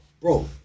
Bro